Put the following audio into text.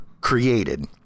created